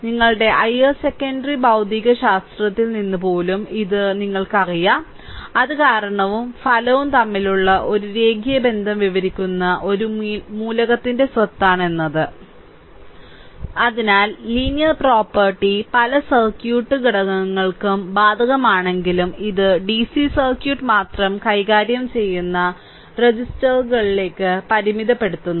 നിങ്ങളുടെ higher secondary ഭൌതികശാസ്ത്രത്തിൽ നിന്ന് പോലും ഇത് നിങ്ങൾക്കറിയാം അത് കാരണവും ഫലവും തമ്മിലുള്ള ഒരു രേഖീയ ബന്ധം വിവരിക്കുന്ന ഒരു മൂലകത്തിന്റെ സ്വത്താണ് എന്നത് അതിനാൽ ലീനിയർ പ്രോപ്പർട്ടി പല സർക്യൂട്ട് ഘടകങ്ങൾക്കും ബാധകമാണെങ്കിലും ഇത് ഡിസി സർക്യൂട്ട് മാത്രം കൈകാര്യം ചെയ്യുന്ന രജിസ്റ്ററുകളിലേക്ക് പരിമിതപ്പെടുത്തുന്നു